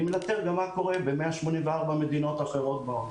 מנטר גם מה קורה ב-184 מדינות בעולם.